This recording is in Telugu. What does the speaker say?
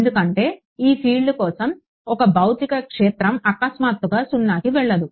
ఎందుకంటే ఫీల్డ్ కోసం ఒక భౌతిక క్షేత్రం అకస్మాత్తుగా 0కి వెళ్లదు